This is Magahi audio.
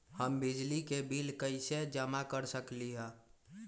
हम बिजली के बिल कईसे जमा कर सकली ह?